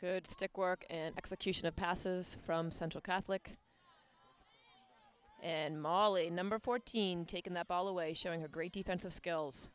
could stick work and execution of passes from central catholic and molly number fourteen taken up all the way showing her great defensive skills